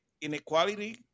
inequality